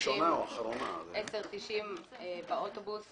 10.90 שקלים באוטובוס,